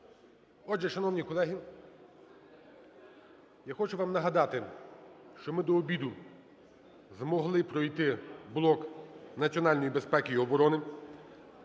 Отже, шановні колеги, я хочу вам нагадати, що ми до обіду змогли пройти блок національної безпеки і оборони,